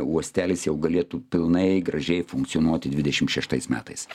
uostelis jau galėtų pilnai gražiai funkcionuoti dvidešim šeštais metais